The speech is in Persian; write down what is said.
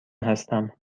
هستم